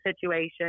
situation